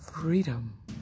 freedom